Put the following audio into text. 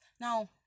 Now